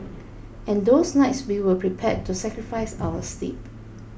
and those nights we were prepared to sacrifice our sleep